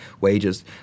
wages